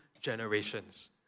generations